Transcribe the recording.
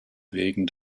wegen